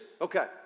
Okay